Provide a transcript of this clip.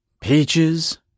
Peaches